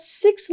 six